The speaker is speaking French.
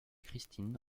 christine